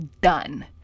Done